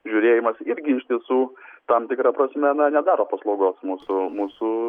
žiūrėjimas irgi iš tiesų tam tikra prasme na nedaro paslaugos mūsų mūsų